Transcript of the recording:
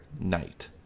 night